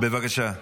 בבקשה,